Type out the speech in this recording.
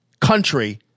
country